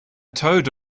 toad